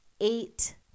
eight